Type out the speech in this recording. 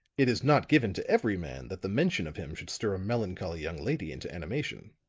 it is not given to every man that the mention of him should stir a melancholy young lady into animation.